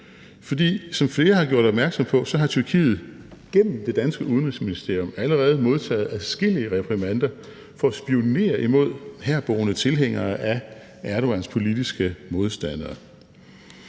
For som flere har gjort opmærksom på, har Tyrkiet gennem Danmarks Udenrigsministerium allerede modtaget adskillige reprimander for at spionere imod herboende tilhængere af Erdogans politiske modstandere.